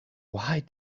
why